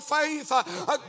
faith